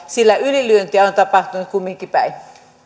sillä ylilyöntejä on on tapahtunut kumminkin päin